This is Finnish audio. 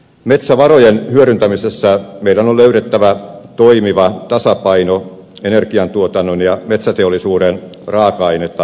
metsävarojen hyödyntämisessä meidän on löydettävä toimiva tasapaino energiantuotannon ja metsäteollisuuden raaka ainetarpeen kesken